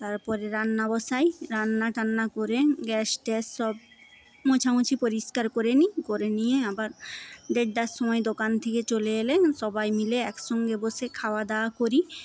তারপরে রান্না বসাই রান্না টান্না করে গ্যাস ট্যাস সব মোছামুছি পরিষ্কার করে নিই করে নিয়ে আবার দেড়টার সময় দোকান থেকে চলে এলে সবাই মিলে একসঙ্গে বসে খাওয়া দাওয়া করি